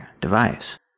device